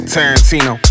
Tarantino